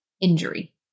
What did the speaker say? injury